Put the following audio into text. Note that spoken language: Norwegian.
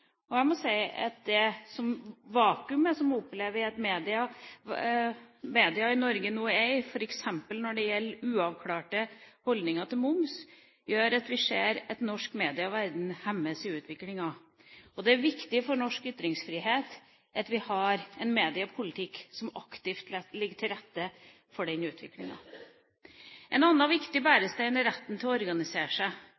Jeg må si at det vakuumet som man opplever at media i Norge nå er i, f.eks. når det gjelder uavklarte holdninger til moms, gjør at vi ser at den norske medieverdenen hemmes i utviklinga. Det er viktig for norsk ytringsfrihet at vi har en mediepolitikk som aktivt legger til rette for denne utviklinga. En annen viktig